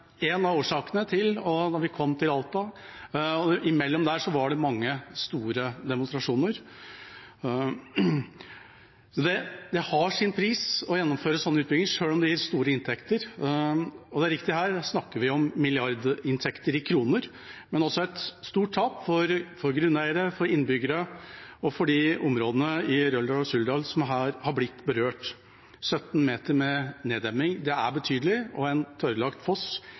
en av årsakene til at vi kom til det som skjedde med Alta, og imellom der var det mange store demonstrasjoner. Det har sin pris å gjennomføre slike utbygginger, selv om det gir store inntekter. Og det er riktig, her snakker vi om milliardinntekter i kroner, men også et stort tap for grunneiere, for innbyggere og for de områdene i Røldal og Suldal som her har blitt berørt. 17 meter med neddemming er betydelig, og en ødelagt foss